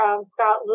Scott